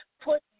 Put